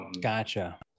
Gotcha